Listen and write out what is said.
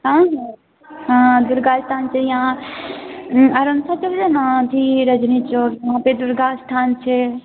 आयँ हँ दुर्गा स्थान छै यहाँ हँ रजनी चौक वहाँ पर दुर्गा स्थान छै